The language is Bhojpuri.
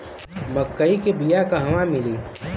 मक्कई के बिया क़हवा मिली?